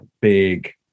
Big